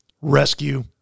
rescue